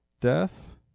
death